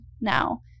now